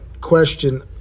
question